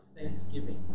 thanksgiving